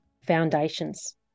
foundations